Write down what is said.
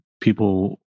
people